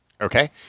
Okay